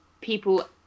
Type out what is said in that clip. people